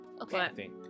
Okay